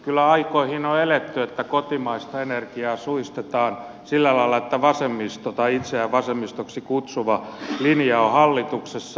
kyllä aikoihin on eletty että kotimaista energiaa suistetaan sillä lailla että vasemmisto tai itseään vasemmistoksi kutsuva linja on hallituksessa